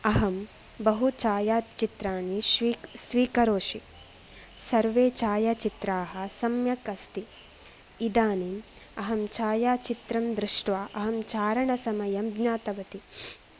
अहं बहु छायाचित्राणि स्वीकरोषि सर्वे छायाचित्राः सम्यक् अस्ति इदानीम् अहं छायाचित्रं दृष्ट्वा अहं चारणसमयं ज्ञातवती